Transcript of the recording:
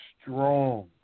strong